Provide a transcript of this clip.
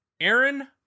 Aaron